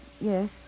Yes